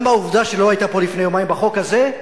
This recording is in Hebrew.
גם בעובדה שלא היית פה לפני יומיים, בחוק הזה,